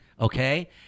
Okay